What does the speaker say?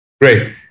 Great